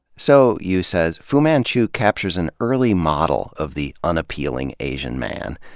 so, yu says, fu manchu captures an early model of the unappealing asian man,